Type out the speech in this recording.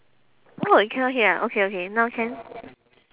oh you cannot hear ah okay okay now can